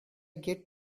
get